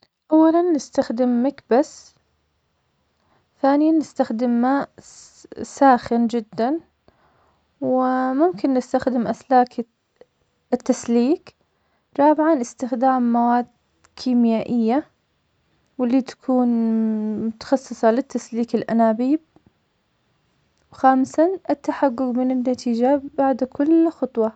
أولاً نستخدم مكبس, ثانياً نستخدم ماء سا- ساخن جداً, وممكن نستخدم أسلاك الت- التسليك, رابعاً استخدام مواد كيمياءية, واللي تكون متخصصة للتسليك الأنابيب, وخامساً التحقق من النتيجة بعد كل خطوة.